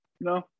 no